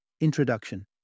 Introduction